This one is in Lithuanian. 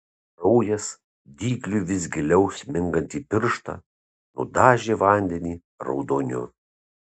kraujas dygliui vis giliau smingant į pirštą nudažė vandenį raudoniu